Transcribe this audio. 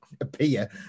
appear